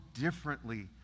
differently